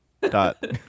dot